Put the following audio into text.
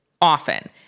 often